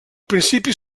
principi